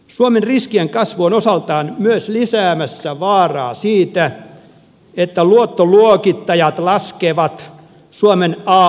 suomen riskien kasvu on osaltaan myös äänestää vaaraa siitä että luottoluokittaja laskevat suomen aa